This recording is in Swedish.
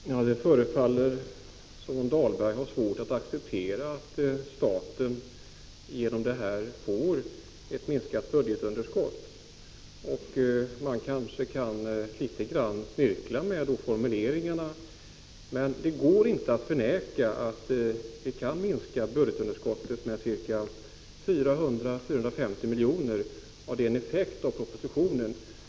Herr talman! Det förefaller som om Rolf Dahlberg har svårt att acceptera att staten härigenom får ett minskat budgetunderskott. Man kanske kan snirkla litet med formuleringarna, men det går inte att förneka att vi kan minska budgetunderskottet med ca 400-450 milj.kr.och att detta är en effekt av propositionen.